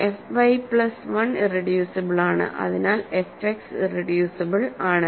fy plus 1 irreducible ആണ് അതിനാൽ f X irreducible ആണ്